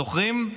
זוכרים?